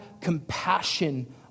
compassion